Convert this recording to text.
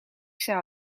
zou